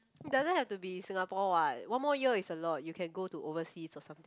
it doesn't have to be in Singapore what one more year is a lot you can go to overseas or something